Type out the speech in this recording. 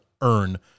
earn